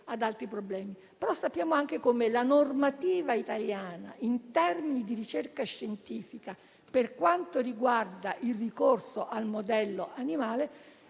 sappiamo anche che la normativa italiana in termini di ricerca scientifica, per quanto riguarda il ricorso al modello animale,